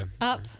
Up